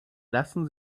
lassen